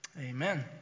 Amen